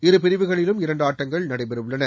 இரு பிரிவுகளிலும் இரண்டு ஆட்டங்கள் நடைபெறவுள்ளன